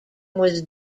was